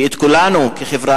ואת כולנו כחברה,